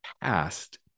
past